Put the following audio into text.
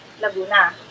Laguna